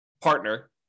partner